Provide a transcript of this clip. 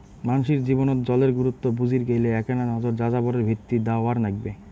মানষির জীবনত জলের গুরুত্ব বুজির গেইলে এ্যাকনা নজর যাযাবরের ভিতি দ্যাওয়ার নাইগবে